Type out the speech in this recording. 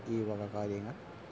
ഈ വക കാര്യങ്ങൾ